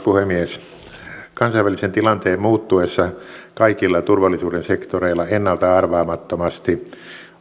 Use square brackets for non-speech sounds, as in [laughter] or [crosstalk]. [unintelligible] puhemies kansainvälisen tilanteen muuttuessa kaikilla turvallisuuden sektoreilla ennalta arvaamattomasti